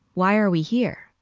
why are we here?